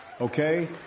Okay